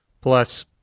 plus